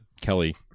Kelly